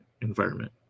environment